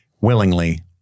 willingly